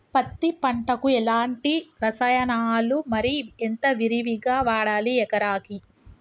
పత్తి పంటకు ఎలాంటి రసాయనాలు మరి ఎంత విరివిగా వాడాలి ఎకరాకి?